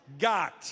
got